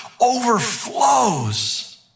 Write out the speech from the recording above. overflows